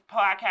podcast